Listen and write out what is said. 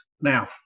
Now